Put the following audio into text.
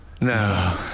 No